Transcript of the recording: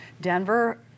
Denver